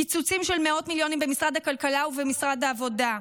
קיצוצים של מאות מיליונים במשרד הכלכלה ובמשרד העבודה,